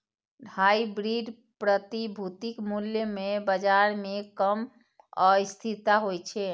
hybrid प्रतिभूतिक मूल्य मे बाजार मे कम अस्थिरता होइ छै